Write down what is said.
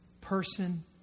person